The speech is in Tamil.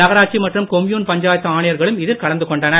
நகராட்சி மற்றும் கொம்யுன் பஞ்சாயத்து ஆணையர்களும் இதில் கலந்து கொண்டனர்